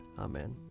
Amen